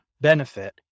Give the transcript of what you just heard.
benefit